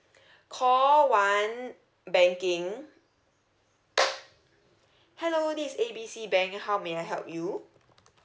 call one banking hello this is A B C bank how may I help you